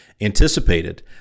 anticipated